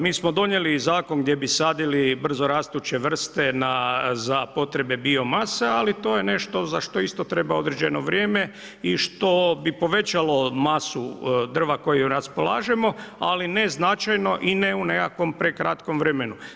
Mi smo donijeli zakon gdje bi sadili brzo rastuće vrste za potrebe bio mase, ali to je nešto za što isto trebao određeno vrijeme i što bi povećalo masu drva kojim raspolažemo, ali ne značajno i ne u nekakvom prekratkom vremenu.